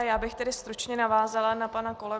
Já bych tedy stručně navázala na pana kolegu.